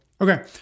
Okay